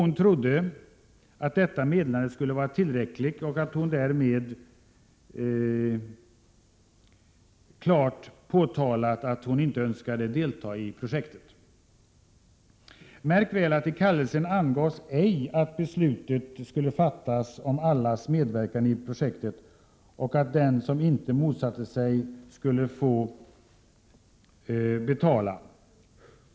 Hon trodde att detta meddelande skulle vara tillräckligt och att hon därmed klart hade markerat att hon inte önskade delta i vägprojektet. Märk väl att i kallelsen angavs ej att beslut skulle fattas om allas medverkan i projektet och att den som inte motsatte sig skulle vara med att betala.